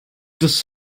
das